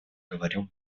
говорил